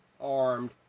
armed